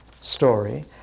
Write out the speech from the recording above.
story